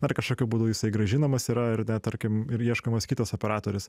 ar kažkokiu būdu jisai grąžinamas yra ir tarkim ir ieškomas kitas operatorius